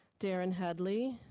darren headily,